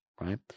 right